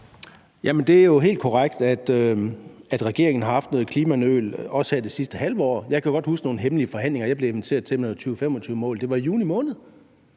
(EL): Det er jo helt korrekt, at regeringen har haft noget klimanøl, også her det sidste halve år. Jeg kan godt huske nogle hemmelige forhandlinger med noget 2025-mål, jeg blev inviteret til. Det var i juni måned,